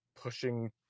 pushing